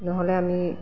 নহ'লে আমি